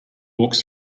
walks